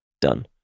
done